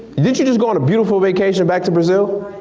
didn't you just go on a beautiful vacation back to brazil?